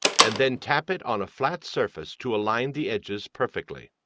and then tap it on a flat surface to align the edges perfectly.